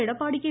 Edappadi K